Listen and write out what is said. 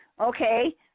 Okay